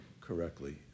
correctly